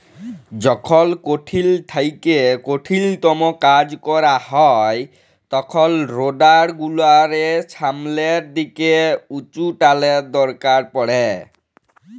যখল কঠিল থ্যাইকে কঠিলতম কাজ ক্যরা হ্যয় তখল রোডার গুলালের ছামলের দিকে উঁচুটালের দরকার পড়হে